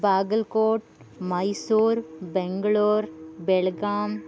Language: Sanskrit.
बागल्कोट् मैसूर् बेङ्गलोर् बेल्गाम्